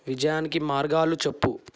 విజయానికి మార్గాలు చెప్పు